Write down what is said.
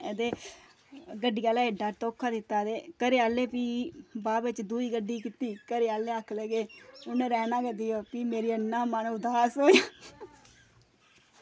ते गड्डी आह्ले एड्डा धोखा दित्ता ते घरै आह्ले भी बाद बिच दूई गड्डी कीती ते घरै आह्ले आक्खन लग्गे कि हून रैह्न गै देओ भी मेरा मन इन्ना दुआस होआ